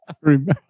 remember